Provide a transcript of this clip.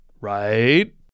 Right